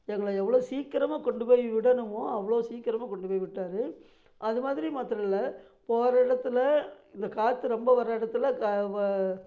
எங்களை எவ்வளோ சீக்கரமாக கொண்டுப்போய் விடணுமோ அவ்வளோ சீக்கரமாக கொண்டுப்போய் விட்டார் அதுமாதிரி மாத்திரம் இல்லை போகற இடத்துல இந்த காற்று ரொம்ப வர இடத்துல